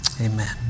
Amen